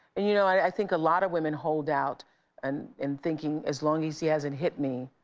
you know, i think a lot of women hold out and, in thinking, as long as he hasn't hit me,